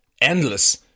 endless